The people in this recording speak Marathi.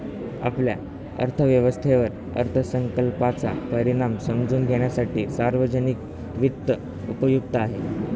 आपल्या अर्थव्यवस्थेवर अर्थसंकल्पाचा परिणाम समजून घेण्यासाठी सार्वजनिक वित्त उपयुक्त आहे